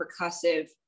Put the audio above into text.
percussive